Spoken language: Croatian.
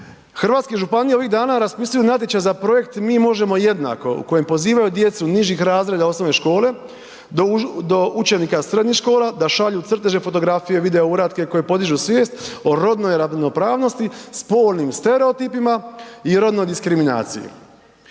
Hrvatske županije ovih dana raspisuju natječaj za projekt „Mi možemo jednako“ u kojem pozivaju djecu nižih razreda osnovne škole do učenika srednjih škola da šalju crteže, fotografije, video uratke koji podižu svijest o rodnoj ravnopravnosti, spolnim stereotipima i rodnoj diskriminaciji.